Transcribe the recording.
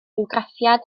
bywgraffiad